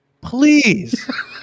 please